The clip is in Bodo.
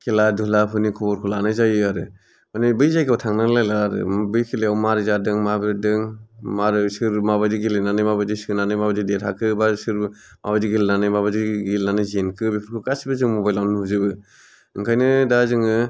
खेला दुलाफोरनि खबरखौ लानाय जायो आरो माने बै जायगायाव थांनांलायला आरो बै खेलायाव माबोरै जादों मा बेरदों माबोरै सोर माबायदि गेलेनानै माबायदि सोनानै माबायदि देरहाखो बा सोर माबायदि गेलेनानै माबायदि गेलेनानै जेनखो बेफोरखौ गासिबो जों मबाइलावनो नुजोबो ओंखायनो दा जोङो